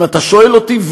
אם אתה שואל אותי,